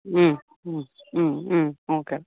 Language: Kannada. ಹ್ಞೂ ಹ್ಞೂ ಹ್ಞೂ ಹ್ಞೂ ಓಕೆ